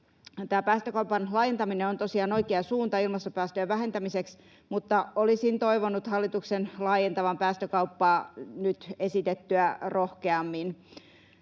päästökaupan laajentaminen on tosiaan oikea suunta ilmastopäästöjen vähentämiseksi, mutta olisin toivonut hallituksen laajentavan päästökauppaa nyt esitettyä rohkeammin.